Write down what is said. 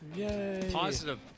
Positive